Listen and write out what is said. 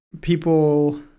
people